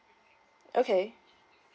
okay